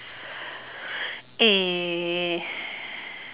err